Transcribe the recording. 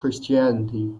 christianity